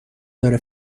داره